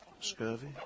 Scurvy